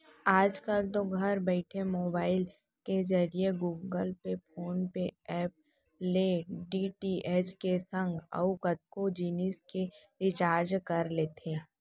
आजकल तो घर बइठे मोबईल के जरिए गुगल पे, फोन पे ऐप ले डी.टी.एच के संग अउ कतको जिनिस के रिचार्ज कर लेथे